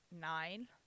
nine